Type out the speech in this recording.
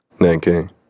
Nanking